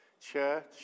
church